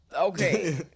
Okay